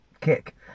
kick